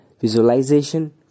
Visualization